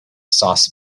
sauce